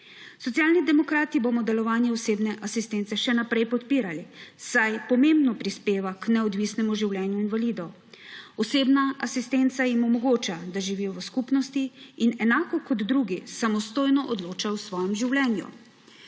Socialni demokrati bomo delovanje osebne asistence še naprej podpirali, saj pomembno prispeva k neodvisnemu življenju invalidov. Osebna asistenca jim omogoča, da živijo v skupnosti in enako kot drugi samostojno odločajo o svojem življenju.